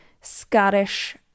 Scottish